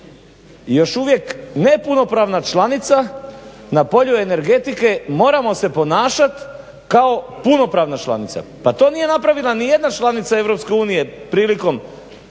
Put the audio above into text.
još uvijek ne punopravna članica na polju energetike moramo se ponašati kao punopravna članica. Pa to nije napravila nijedna članica EU prilikom